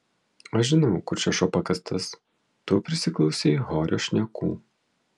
aš žinau kur čia šuo pakastas tu prisiklausei horio šnekų